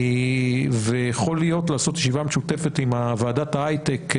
יכול להיות לעשות ישיבה משותפת ועדת הייטק.